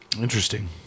Interesting